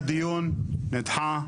היה דיון, נדחה.